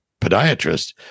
podiatrist